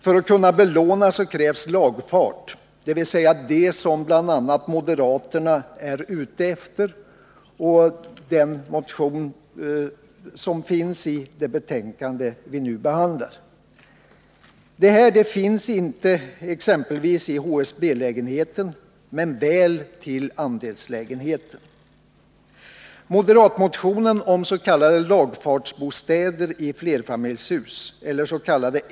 För att man skall kunna belåna en bostadsrätt krävs lagfart — dvs. det som bl.a. moderaterna är ute efter i den motion som finns i det betänkande vi nu behandlar. Den möjligheten finns inte när det gäller exempelvis HSB-lägenheten men väl när det gäller andelslägenheten. Moderatmotionen om s.k. lagfartsbostäder i flerfamiljshus, ellers.k.